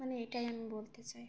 মানে এটাই আমি বলতে চাই